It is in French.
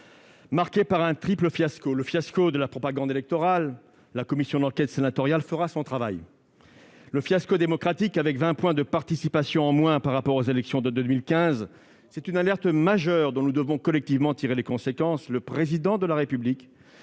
marquée par un triple fiasco. Le fiasco de la propagande électorale : la commission d'enquête sénatoriale fera son travail. Le fiasco démocratique : avec 20 points de participation en moins par rapport aux élections de 2015, c'est une alerte majeure, dont nous devons collectivement tirer les conséquences. Le Président de la République,